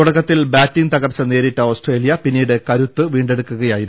തുടക്കത്തിൽ ബാറ്റിംഗ് തകർച്ച നേരിട്ട ഓസ്ട്രേലിയ പിന്നീട് കരുത്ത് വീണ്ടെടുക്കയായിരുന്നു